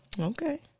okay